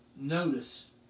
notice